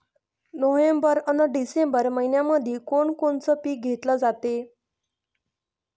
November अन December मइन्यामंधी कोण कोनचं पीक घेतलं जाते?